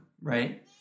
right